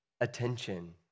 attention